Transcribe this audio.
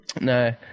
No